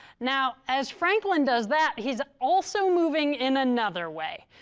now, as franklin does that, he's also moving in another way.